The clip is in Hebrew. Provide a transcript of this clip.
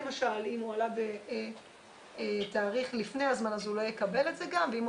אם הוא עלה בתאריך לפני הזמן הוא לא יקבל את זה ואם הוא